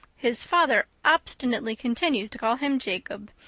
his father obstinately continues to call him jacob,